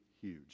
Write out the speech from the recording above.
huge